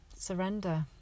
surrender